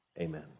Amen